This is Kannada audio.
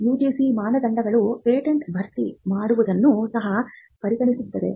UGC ಮಾನದಂಡಗಳು ಪೇಟೆಂಟ್ ಭರ್ತಿ ಮಾಡುವುದನ್ನು ಸಹ ಪರಿಗಣಿಸುತ್ತವೆ